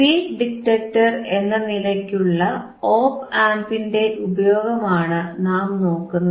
peak detector എന്ന നിലയ്ക്കുള്ള op ആംപിന്റെ ഉപയോഗമാണ് നാം നോക്കുന്നത്